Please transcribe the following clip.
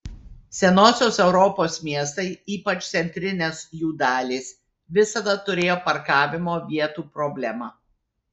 senosios europos miestai ypač centrinės jų dalys visada turėjo parkavimo vietų problemą